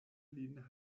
lin